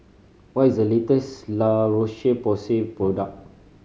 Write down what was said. what is the latest La Roche Porsay product